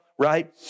right